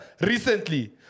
Recently